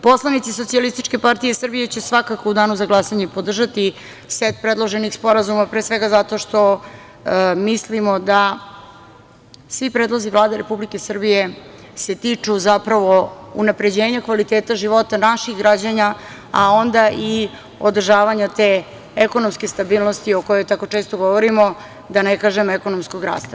Poslanici SPS će svakako u danu za glasanje podržati set predloženih sporazuma, pre svega zato što mislimo da svi predlozi Vlade Republike Srbije se tiču zapravo unapređenja kvaliteta života naših građana, a onda i održavanja te ekonomske stabilnosti, o kojoj tako često govorimo, da ne kažem ekonomskog rasta.